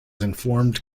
informed